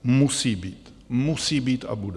Musí být, musí být a bude.